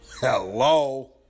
Hello